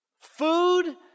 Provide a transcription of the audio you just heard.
Food